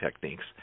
techniques